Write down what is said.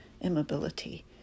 immobility